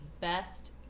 best